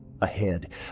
Ahead